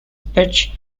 pitch